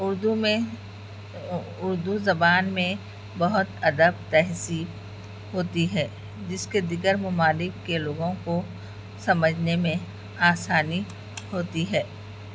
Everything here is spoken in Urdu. اردو میں اردو زبان میں بہت ادب تہذیب ہوتی ہے جس کے دیگر ممالک کے لوگوں کو سمجھنے میں آسانی ہوتی ہے